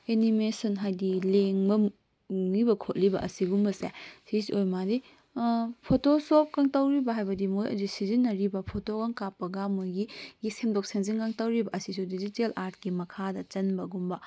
animation ꯍꯥꯏꯗꯤ ꯂꯦꯡꯕ ꯎꯡꯂꯤꯕ ꯈꯣꯠꯂꯤꯕ ꯑꯁꯤꯒꯨꯝꯕꯁꯦ ꯁꯤꯁꯦ ꯑꯣꯏ ꯃꯥꯟꯂꯤ ꯐꯣꯇꯣꯁꯣꯞꯀ ꯇꯧꯔꯤꯕ ꯍꯥꯏꯕꯗꯤ ꯃꯣꯏ ꯍꯧꯖꯤꯛ ꯁꯤꯖꯤꯟꯅꯔꯤꯕ ꯐꯣꯇꯣꯒ ꯀꯥꯞꯄꯒ ꯃꯣꯏꯒꯤ ꯁꯦꯝꯗꯣꯛ ꯁꯦꯝꯖꯤꯟꯒ ꯇꯧꯔꯤꯕ ꯑꯁꯤꯁꯨ ꯗꯤꯖꯤꯇꯦꯜ ꯑꯥꯔꯠꯀꯤ ꯃꯈꯥꯗ ꯆꯟꯕꯒꯨꯝꯕ